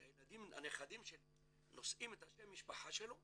שהילדים שלי נושאים את שם המשפחה שלו,